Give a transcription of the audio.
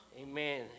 Amen